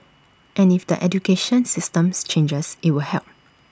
and if the education systems changes IT will help